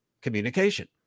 communication